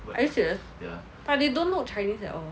are you serious but they don't look chinese at all